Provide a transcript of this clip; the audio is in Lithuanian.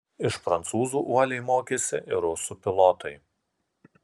iš prancūzų uoliai mokėsi ir rusų pilotai